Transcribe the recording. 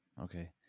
okay